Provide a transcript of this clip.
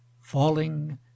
falling